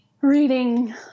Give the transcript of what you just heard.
reading